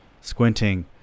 squinting